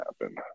happen